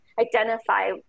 identify